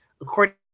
according